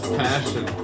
passion